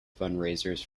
fundraisers